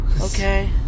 Okay